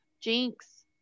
jinx